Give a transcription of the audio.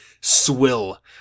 swill